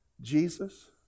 Jesus